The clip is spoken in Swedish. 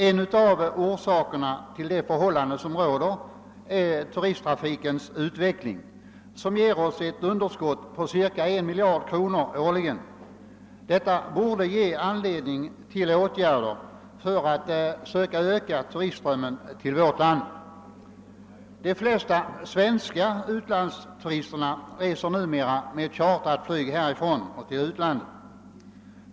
En av orsakerna till de förhållanden som råder är turisttrafikens utveckling, som ger oss ett underskott på ca 1 miljard kronor årligen. Detta borde ge anledning till åtgärder för att öka turistströmmen till vårt land. De flesta svenska utlandsturisterna reser numera med chartrat flyg härifrån till utlandet.